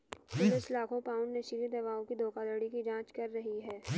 police लाखों pound नशीली दवाओं की धोखाधड़ी की जांच कर रही है